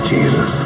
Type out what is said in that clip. Jesus